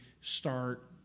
start